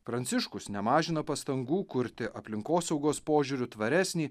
pranciškus nemažina pastangų kurti aplinkosaugos požiūriu tvaresnį